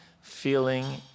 feeling